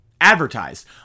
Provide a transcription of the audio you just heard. advertised